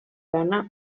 dona